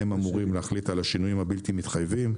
הם אמורים להחליט על השינויים הבלתי מתחייבים.